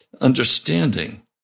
understanding